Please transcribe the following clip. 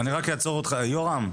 יורם,